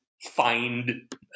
find